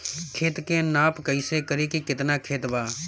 खेत के नाप कइसे करी की केतना खेत बा?